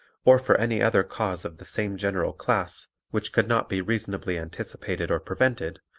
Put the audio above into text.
or for any other cause of the same general class which could not be reasonably anticipated or prevented,